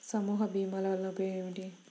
సమూహ భీమాల వలన ఉపయోగం ఏమిటీ?